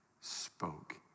spoke